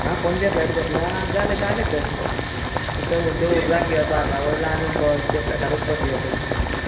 आ पणजे फ्लेट घेतला आ जाले जाले तर दवर दवर हुर्राक घेवया बारां वयलों आनी ब तुज्या फ्लेटारुत बसया तर